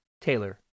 Taylor